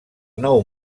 nou